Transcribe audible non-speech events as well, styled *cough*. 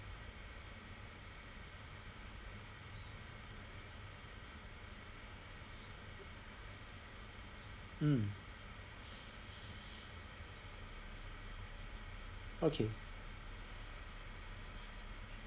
mm *breath* okay